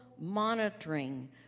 monitoring